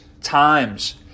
times